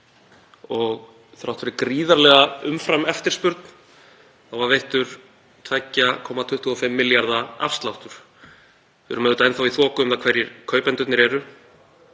og þrátt fyrir gríðarlega umframeftirspurn var veittur 2,25 milljarða afsláttur. Við erum enn þá í þoku um það hverjir kaupendurnir eru